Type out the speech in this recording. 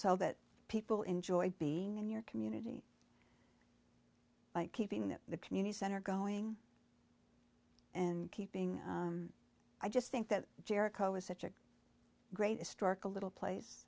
so that people enjoy being in your community like keeping that the community center going and keeping i just think that jericho is such a great historical little place